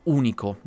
unico